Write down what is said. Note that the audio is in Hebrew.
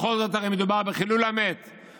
בכל זאת הרי מדובר בחילול כבוד המת,